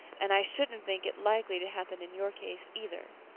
and i shouldn't think it likely to happen in your case either.